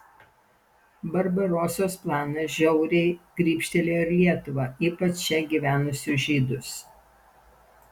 barbarosos planas žiauriai grybštelėjo ir lietuvą ypač čia gyvenusius žydus